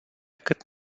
cât